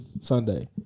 Sunday